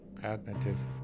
cognitive